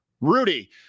Rudy